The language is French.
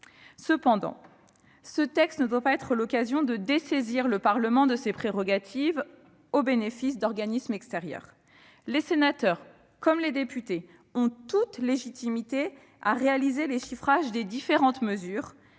Toutefois, ce texte ne doit pas être l'occasion de dessaisir le Parlement de ses prérogatives au bénéfice d'organismes extérieurs. Les sénateurs comme les députés ont toute légitimité pour réaliser les chiffrages des différentes mesures,